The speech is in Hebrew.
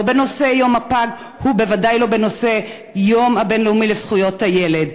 לא בנושא יום הפג ובוודאי לא בנושא היום הבין-לאומי לזכויות הילד.